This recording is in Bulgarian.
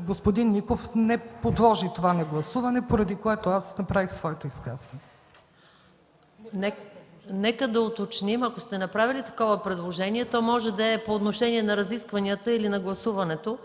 Господин Миков не подложи това на гласуване, поради което аз направих своето изказване. ПРЕДСЕДАТЕЛ МАЯ МАНОЛОВА: Нека да уточним, ако сте направили такова предложение, то може да е по отношение на разискванията или на гласуването.